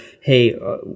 hey